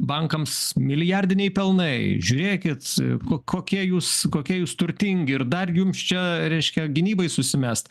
bankams milijardiniai pelnai žiūrėkit ko kokie jūs kokie jūs turtingi ir dar jums čia reiškia gynybai susimest